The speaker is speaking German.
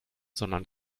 sondern